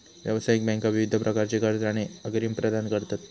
व्यावसायिक बँका विविध प्रकारची कर्जा आणि अग्रिम प्रदान करतत